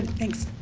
thanks.